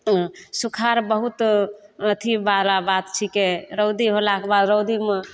सुखार बहुत अथी बला बात छिकै रौदी होलाक बाद रौदीमे